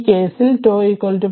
ഈ കേസിൽ 𝛕 0